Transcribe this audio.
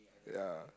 ya